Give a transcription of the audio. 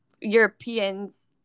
Europeans